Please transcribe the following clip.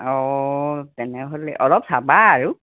অঁ তেনেহ'লে অলপ চাবা আৰু